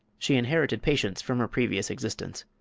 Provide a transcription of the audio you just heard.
she inherited patience from her previous existence.